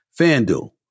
FanDuel